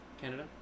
canada